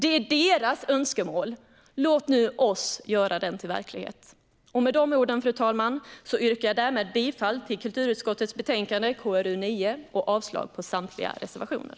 Det är deras önskemål. Låt nu oss göra dem till verklighet. Med de orden, fru talman, yrkar jag bifall till kulturutskottets förslag i betänkande KrU9 och avslag på samtliga reservationer.